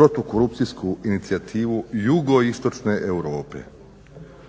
protukorupcijsku inicijativu JI Europe.